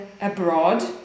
abroad